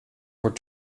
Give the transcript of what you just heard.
were